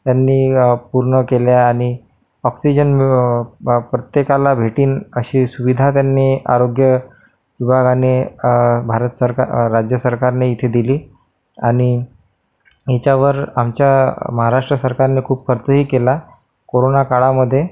त्यांनी पूर्ण केल्या आणि ऑक्सिजन प्रत्येकाला भेटीन अशी सुविधा त्यांनी आरोग्य विभागाने भारत सरकार राज्य सरकारने इथे दिली आणि हेच्यावर आमच्या महाराष्ट्र सरकारने खूप खर्चही केला कोरोना काळामध्ये